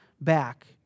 back